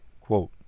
quote